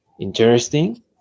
interesting